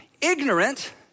ignorant